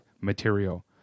material